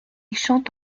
chante